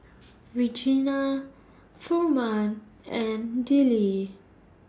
Regena Furman and Dillie